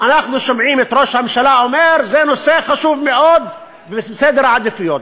אנחנו שומעים את ראש הממשלה אומר שזה נושא חשוב מאוד ובסדר העדיפויות.